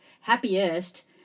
happiest